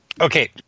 okay